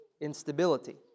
Instability